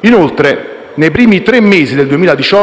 Inoltre, nei primi tre mesi del 2018,